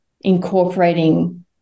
incorporating